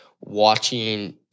watching